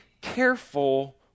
careful